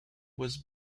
was